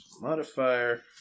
modifier